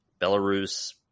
belarus